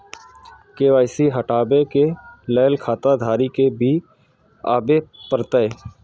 KYC हटाबै के लैल खाता धारी के भी आबे परतै?